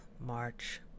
March